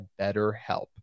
BetterHelp